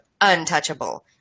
untouchable